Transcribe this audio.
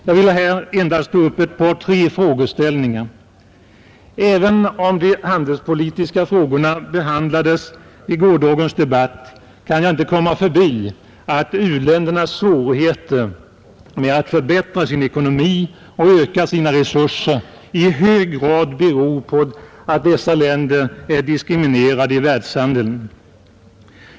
Jag vill här endast ta upp ett par tre frågeställningar. Även om de handelspolitiska frågorna behandlades i gårdagens debatt, kan jag inte komma förbi att u-ländernas svårigheter med att förbättra sin ekonomi och öka sina resurser i hög grad beror på att dessa länder är diskriminerade i världshandeln.